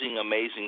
amazing